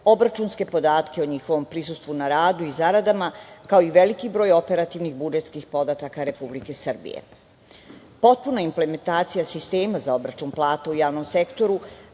obračunske podatke o njihovom prisustvu na radu i zaradama, kao i veliki broj operativnih budžetskih podataka Republike Srbije. Potpuna implementacija sistema za obračun plata u javnom sektoru